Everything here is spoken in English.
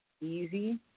easy